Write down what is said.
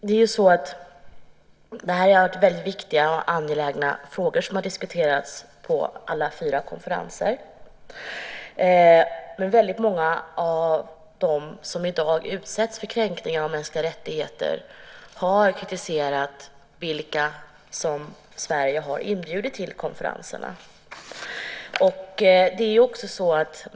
Det är de fyra konferenser som har hållits. Det är viktiga och angelägna frågor som har diskuterats på alla fyra konferenserna. Många av dem som i dag utsätts för kränkningar av mänskliga rättigheter har kritiserat vilka Sverige har bjudit in till konferenserna.